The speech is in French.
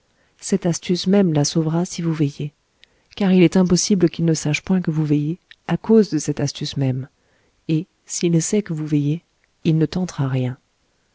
cette astuce même la sauvera si vous veillez car il est impossible qu'il ne sache point que vous veillez à cause de cette astuce même et s'il sait que vous veillez il ne tentera rien